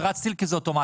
זה רץ טיל כי זה אוטומטי.